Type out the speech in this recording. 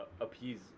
appease